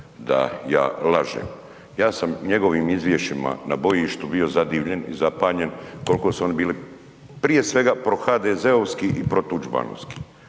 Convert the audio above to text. da ja lažem. Ja sam njegovim izvješćima na bojištu bio zadivljen i zapanjen koliko su oni bili prije svega prohdzovski i protuđmanovski,